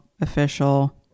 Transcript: official